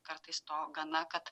kartais to gana kad